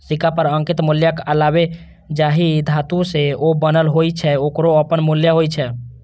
सिक्का पर अंकित मूल्यक अलावे जाहि धातु सं ओ बनल होइ छै, ओकरो अपन मूल्य होइ छै